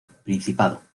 principado